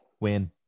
win